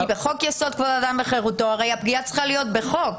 כי בחוק יסוד: כבוד האדם וחירותו הרי הפגיעה צריכה להיות בחוק.